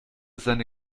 seine